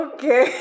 Okay